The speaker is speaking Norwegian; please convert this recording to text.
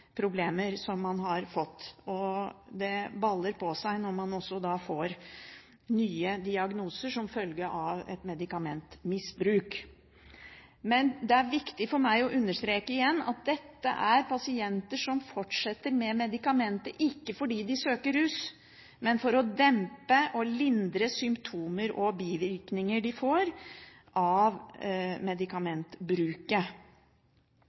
problemer som man har fått. Og det baller på seg når man får nye diagnoser som følge av medikamentbruk. Det er viktig for meg å understreke igjen at dette er pasienter som fortsetter med medikamentet, ikke fordi de søker rus, men for å dempe og lindre symptomer og bivirkninger de får av